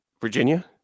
virginia